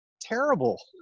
terrible